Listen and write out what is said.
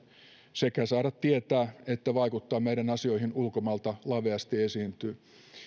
sekä saada tietää että vaikuttaa meidän asioihimme ulkomailta laveasti esiintyy